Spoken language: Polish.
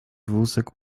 wózek